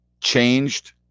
changed